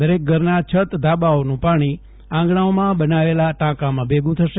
દરેક ધરના છત ધાબાઓનું પાણી આંગણાઓમાં બનાવેલા ટાંકામાં ભેગું થશે